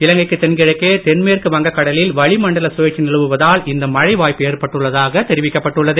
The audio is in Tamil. இலங்கைக்கு தென்கிழக்கே தென்மேற்கு வங்க கடலில் வளிமண்டல சுழற்சி நிலவுவதால் இந்த மழை வாய்ப்பு ஏற்பட்டுள்ளதாக தெரிவிக்கப்பட்டுள்ளது